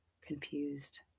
confused